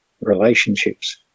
relationships